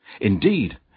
Indeed